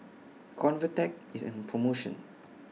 Convatec IS on promotion